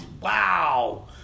Wow